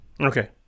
Okay